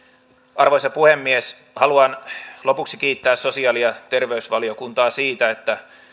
arvoisa puhemies haluan lopuksi kiittää sosiaali ja terveysvaliokuntaa siitä että